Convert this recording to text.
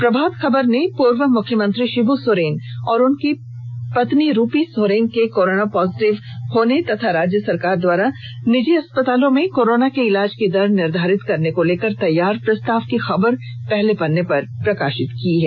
प्रभात खबर ने पूर्व मुख्यमंत्री शिबू सोरेन और उनकी पत्नी रुपी सोरेन के कोरोना पॉजिटिव होने तथा राज्य सरकार द्वारा निजी अस्पतालों में कोरोना के इलाज की दर निर्धारित करने को लेकर तैयार प्रस्ताव की खबर को पहले पन्ने पर प्रकाशित किया है